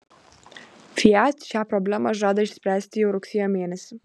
fiat šią problemą žada išspręsti jau rugsėjo mėnesį